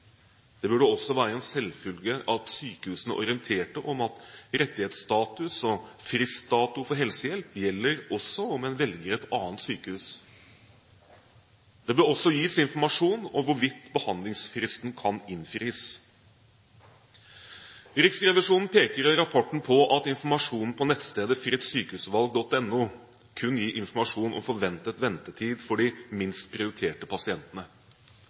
Det burde også være en selvfølge at sykehusene orienterte om at rettighetsstatus og fristdato for helsehjelp gjelder også om en velger et annet sykehus. Det bør også gis informasjon om hvorvidt behandlingsfristen kan innfris. Riksrevisjonen peker i rapporten på at informasjonen på nettstedet frittsykehusvalg.no kun gir informasjon om forventet ventetid for de minst prioriterte pasientene.